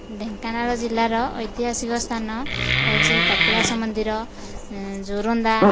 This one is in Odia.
ଢେଙ୍କାନାଳ ଜିଲ୍ଲାର ଐତିହାସିକ ସ୍ଥାନ ହେଉଛି କପିଳାସ ମନ୍ଦିର ଯୋରନ୍ଦା